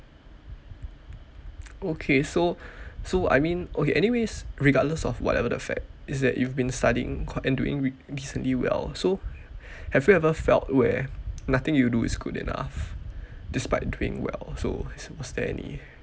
okay so so I mean okay anyways regardless of whatever the fact is that you've been studying q~ and doing decently well so have you ever felt where nothing you do is good enough despite doing well so was there any